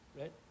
Right